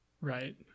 right